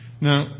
now